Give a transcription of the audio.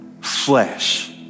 flesh